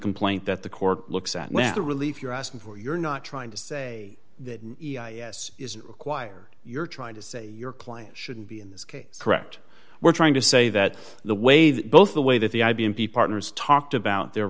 complaint that the court looks at whether relief you're asking for you're not trying to say that yes is required you're trying to say your client shouldn't be in this case correct we're trying to say that the way that both the way that the i b m p partners talked about their